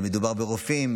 מדובר ברופאים,